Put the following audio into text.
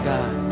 God